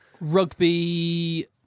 rugby